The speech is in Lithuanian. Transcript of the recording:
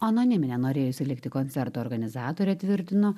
anonimine norėjusi likti koncerto organizatorė tvirtino